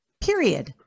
period